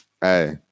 Hey